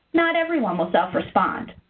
not everyone will self-respond.